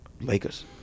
Lakers